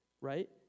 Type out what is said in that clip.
right